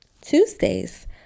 Tuesdays